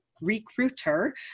Recruiter